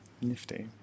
Nifty